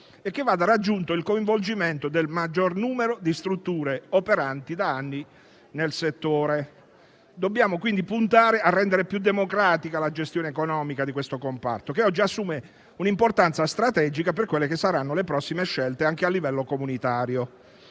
e che vada raggiunto il coinvolgimento del maggior numero di strutture operanti da anni nel settore. Dobbiamo, quindi, puntare a rendere più democratica la gestione economica di questo comparto, che oggi assume un'importanza strategica per le prossime scelte anche a livello comunitario.